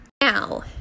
Now